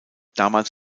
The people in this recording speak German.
damals